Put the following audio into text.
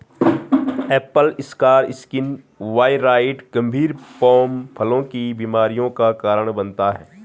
Apple scar skin viroid गंभीर pome फलों की बीमारियों का कारण बनता है